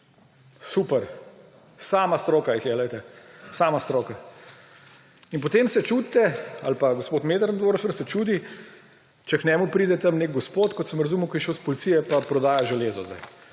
Super, sama stroka jih je, glejte, sama stroka. In potem se čudite ali pa gospod Möderndorfer se čudi, če k njemu pride nek gospod, kot sem razumel, ki je šel iz policije pa prodaja železo zdaj.